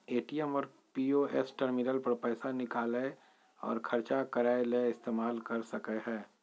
ATM और POS terminal पर पैसा निकालय और ख़र्चा करय ले इस्तेमाल कर सकय हइ